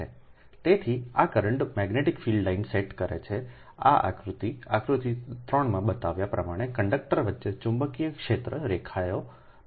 તેથી આ current magnetic field line set કરે છે આ આકૃતિ આકૃતિ 3 માં બતાવ્યા પ્રમાણે કંડક્ટર વચ્ચે ચુંબકીય ક્ષેત્ર રેખાઓ બતાવે છે